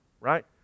right